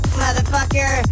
motherfucker